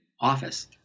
office